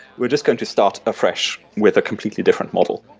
we're just going to start afresh with a completely different model.